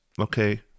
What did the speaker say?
Okay